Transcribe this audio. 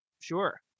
sure